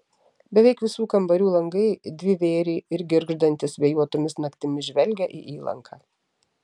beveik visų kambarių langai dvivėriai ir girgždantys vėjuotomis naktimis žvelgia į įlanką